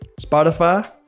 Spotify